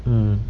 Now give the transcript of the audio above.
mm